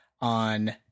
on